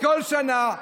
וכל שנה,